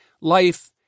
life